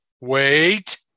Wait